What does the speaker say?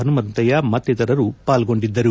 ಪನುಮಂತಯ್ಯ ಮತ್ತಿತರರು ಪಾಲ್ಗೊಂಡಿದ್ದರು